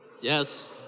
Yes